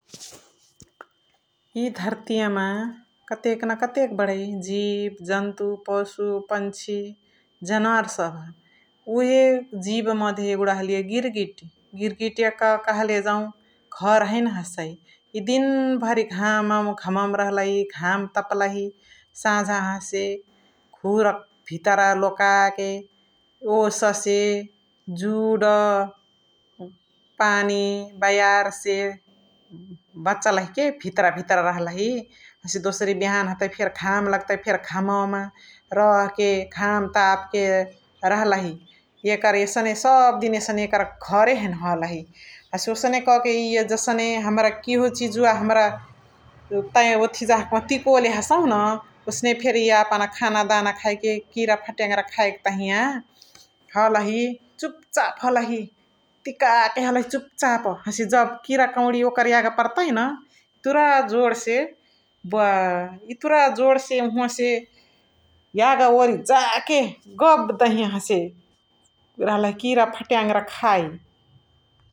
एय घर्तिय मा कतेक न कतेक बडै जिब्, जन्तु, पसु, पन्छि, जनावर सबहा उहे जिब मधे यगुडा हलिय गिर्गिड । गिर्गिडिय क कहाँले जौ घर हैने हशै । दिन भरी घम घमौ मा रहलही घम तपै । साझा हसे घुर भितर लोकाके ओससे, जुड पानी, बयार से बछलही के भितर भितर रहलहि । हसे दोसारी बिहान हतइ फेरी घम लग्तइ फेरी घमउ मा रह के घम ताप के रहलहि । एकर एसने सब दिन एकर एसने घरे हैने हलही । हसे ओसने कह क एय जसने हमरा किहो चिजुवा हमरा ओथिजा तिकोले हसहु न ओसने फेरी एय यापन फेनी खाने जना खाइ क किरा फत्यङरा खाइ के तहिय हलही चुप चाप हलही तिकके हलही चुप चाप हसे जब किरा कौरी ओकर यागा परतै न एतुरा जोड से बोउव एतुरा जोड से यहवा से यागा वोरी जा के गब दहिय हसे रहलहि किरा फत्यङरा खाइ ।